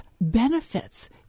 benefits